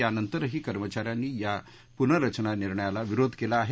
यानंतरही कर्मचा यांनी या पुनर्रचना निर्णयाला विरोध केला आहे